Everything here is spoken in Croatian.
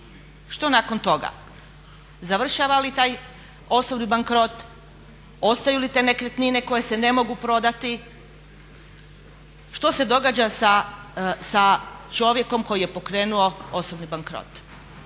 što nakon toga? Završava li taj osobni bankrot, ostaju li te nekretnine koje se ne mogu prodati, što se događa sa čovjekom koji je pokrenuo osobni bankrot